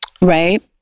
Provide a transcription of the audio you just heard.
Right